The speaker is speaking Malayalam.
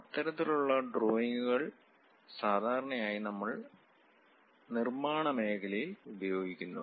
അത്തരത്തിലുള്ള ഡ്രോയിംഗുകൾ സാധാരണയായി നമ്മൾ നിർമാണ മേഖലയിൽ ഉപയോഗിക്കുന്നു